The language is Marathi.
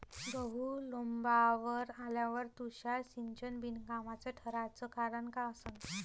गहू लोम्बावर आल्यावर तुषार सिंचन बिनकामाचं ठराचं कारन का असन?